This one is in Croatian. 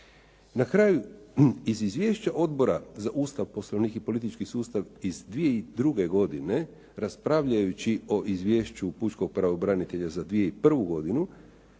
Na kraju iz izvješća Odbora za Ustav, Poslovnik i politički sustav iz 2002. godine raspravljajući o izvješću Pučkog pravobranitelja za 2001. godinu